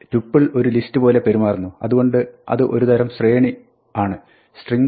Tuple ഒരു list പോലെ പെരുമാറുന്നു അതുകൊണ്ട് അത് ഒരു തരം ശ്രേണി ആണ്